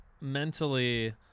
mentally